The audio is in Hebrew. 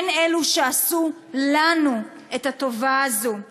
הן אלה שעשו לנו את הטובה הזאת.